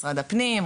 משרד הפנים,